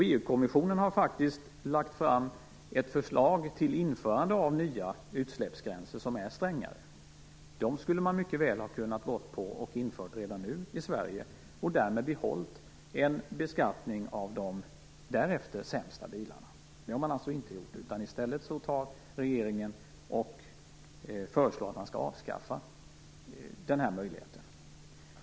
EU-kommissionen har faktiskt lagt fram ett förslag till införande av nya utsläppsgränser som är strängare. Dem skulle man mycket väl ha kunnat införa redan nu i Sverige och därmed behållit en beskattning av de därefter sämsta bilarna. Det har man alltså inte gjort. I stället föreslår regeringen att man skall avskaffa den här möjligheten.